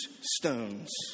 stones